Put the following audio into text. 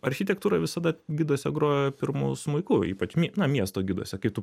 architektūra visada giduose grojo pirmu smuiku ypač mi na miesto giduose kai tu